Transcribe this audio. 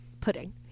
pudding